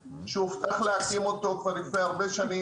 הובטח להקים אותו כבר לפני הרבה שנים,